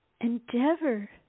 endeavor